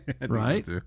Right